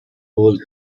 holes